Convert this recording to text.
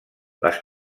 les